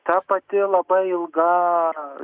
ta pati labai ilga